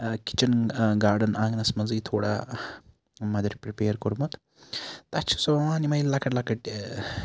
kitchen garden آنٛگنَس مَنٛزٕے تھوڑا مَدر پریٚپیر کوٚرمُت تَتہِ چھِ سُہ وَوان یِمے لَکٕٹۍ لَکٕٹۍ